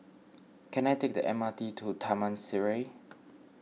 can I take the M R T to Taman Sireh